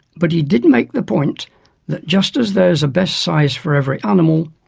but he did make the point that just as there is a best size for every animal,